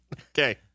Okay